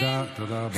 תודה, תודה רבה.